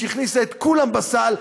שהכניסה את כולם בסל,